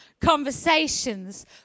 conversations